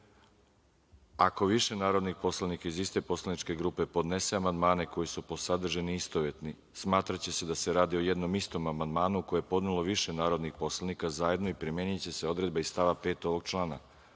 ako više narodnih poslanika iz iste poslaničke grupe podnese amandmane koji su po sadržini istovetni, smatraće se da se radi o jednom istom amandmanu koji je podnelo više narodnih poslanika zajedno i primeniće se odredbe iz stava 5. ovog člana.U